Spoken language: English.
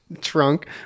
trunk